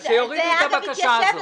אז שיורידו את הבקשה הזאת.